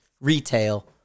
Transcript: retail